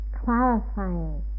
clarifying